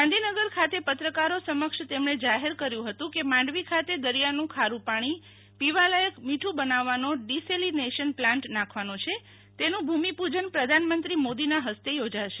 ગાંધીનગર ખાતે પત્રકારો સમક્ષ તેમણે જાહેર કર્યું હતું કે માંડવી ખાતે દરિયાનું ખારુ પાણી પીવાલાયક મીઠું બનાવવાનો ડિસેલીનેશન પ્લાન્ટ નાંખવાનો છે તેનું ભૂમિપૂજન પ્રધાનમંત્રી મોદીના હસ્તે યોજાશે